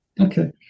Okay